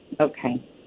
Okay